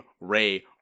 Ray